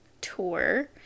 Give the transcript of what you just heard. tour